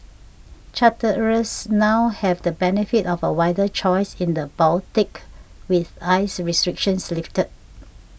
charterers now have the benefit of a wider choice in the Baltic with ice restrictions lifted